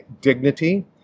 dignity